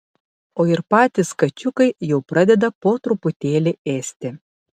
o ir patys kačiukai jau pradeda po truputėlį ėsti